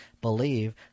believe